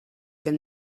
than